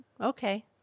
Okay